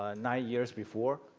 ah nine years before.